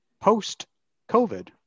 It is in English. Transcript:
Post-COVID